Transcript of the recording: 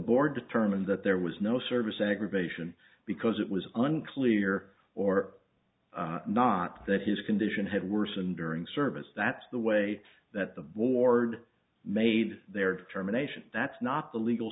board determined that there was no service aggravation because it was unclear or not that his condition had worsened during service that's the way that the board made their determination that's not the legal